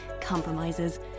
compromises